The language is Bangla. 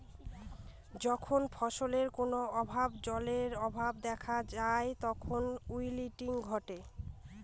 যখন ফসলে কোনো ভাবে জলের অভাব দেখা যায় তখন উইল্টিং ঘটে